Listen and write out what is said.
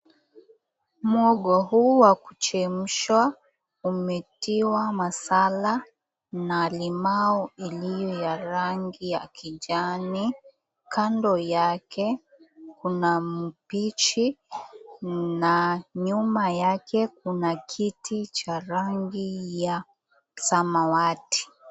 Muhogo huu wa kuchemshwa umetiwa masala na limau iliyo ya rangi ya kijani. Kando yake kuna mpishi na nyuma yake kuna kiti cha rangi ya samawati.